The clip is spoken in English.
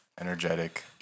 Energetic